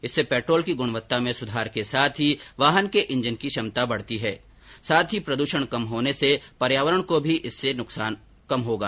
इससे पैट्रॉल की गुणवत्ता में सुधार के साथ ही वाहन के इंजन की क्षमता बढ़ेगी साथ ही प्रदूषण कम होने से पर्यावरण को भी इससे कम नुकसान होगा